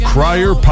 Crier